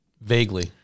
vaguely